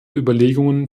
überlegungen